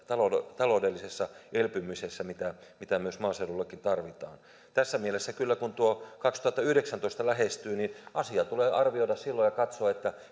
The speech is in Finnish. taloudellisessa taloudellisessa elpymisessä mitä mitä myös maaseudullekin tarvitaan tässä mielessä kyllä kun tuo kaksituhattayhdeksäntoista lähestyy asia tulee arvioida silloin ja katsoa